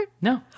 No